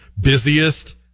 busiest